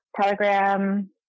Telegram